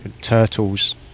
turtles